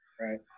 right